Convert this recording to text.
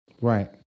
right